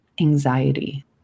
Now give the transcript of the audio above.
anxiety